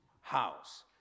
house